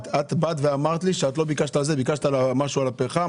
את באת ואמרת לי שאת לא ביקשת על זה אלא ביקשת משהו על הפחם,